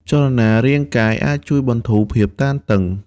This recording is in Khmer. ចលនារាងកាយអាចជួយបន្ធូរភាពតានតឹង។